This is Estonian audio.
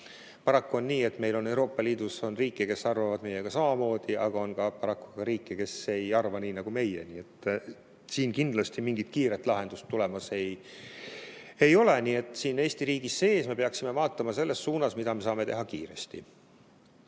Paraku on nii, et Euroopa Liidus on riike, kes arvavad meiega samamoodi, aga on ka riike, kes ei arva nii nagu meie. Siin kindlasti mingit kiiret lahendust tulemas ei ole. Eesti riigi sees me peaksime vaatama selles suunas, et mida me saame teha kiiresti.